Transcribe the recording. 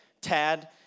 Tad